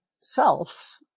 self